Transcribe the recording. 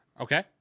okay